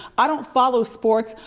i don't follow sports,